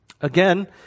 Again